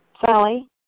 Sally